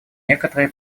некоторые